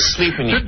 Sleeping